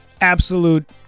absolute